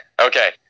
Okay